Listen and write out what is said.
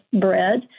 bread